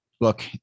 Look